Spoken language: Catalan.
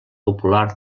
popular